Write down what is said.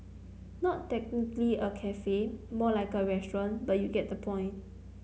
not technically a cafe more like a restaurant but you get the point